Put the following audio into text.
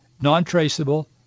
non-traceable